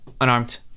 unarmed